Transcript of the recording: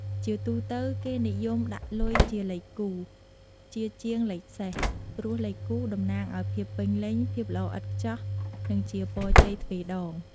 ជាទូទៅគេនិយមដាក់លុយជាលេខគូ ជាជាងលេខសេស ព្រោះលេខគូតំណាងឱ្យភាពពេញលេញ ភាពល្អឥតខ្ចោះ និងជាពរជ័យទ្វេដង។